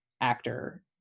actor